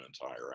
entire